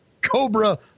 cobra